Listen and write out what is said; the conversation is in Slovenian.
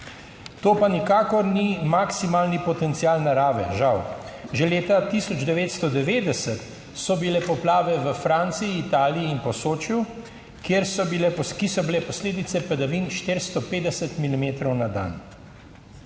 To pa nikakor ni maksimalni potencial narave. Žal. Že leta 1990 so bile poplave v Franciji, Italiji in Posočju, ki so bile posledice padavin 450 milimetrov na dan.